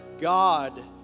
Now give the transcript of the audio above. God